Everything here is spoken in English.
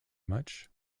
much